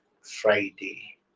Friday